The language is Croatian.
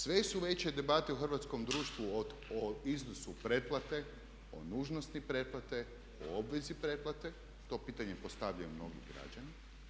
Sve su veće debate u hrvatskom društvu o iznosu pretplate, o nužnosti pretplate, o obvezi pretplate, to pitanje postavljaju mnogi građani.